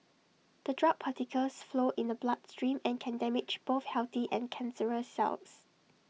the drug particles flow in the bloodstream and can damage both healthy and cancerous cells